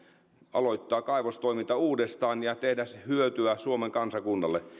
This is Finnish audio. aloittaa kaivostoiminta uudestaan ja tehdä hyötyä suomen kansakunnalle